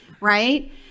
Right